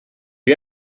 you